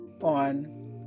on